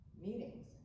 meetings